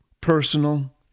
Personal